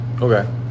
Okay